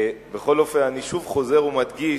בכל אופן, אני שוב חוזר ומדגיש,